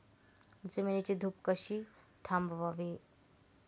जमिनीची धूप कशी थांबवावी?